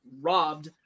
robbed